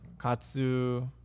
katsu